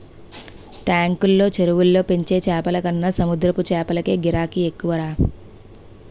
టాంకులు, చెరువుల్లో పెంచే చేపలకన్న సముద్రపు చేపలకే గిరాకీ ఎక్కువరా